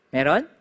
Meron